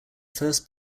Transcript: first